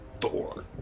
Thor